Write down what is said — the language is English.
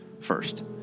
first